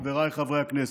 חבריי חברי הכנסת,